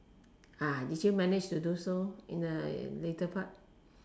ah did you manage to do so in a later part